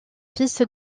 fils